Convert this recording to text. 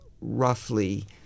roughly